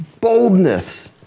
boldness